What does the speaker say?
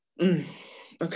okay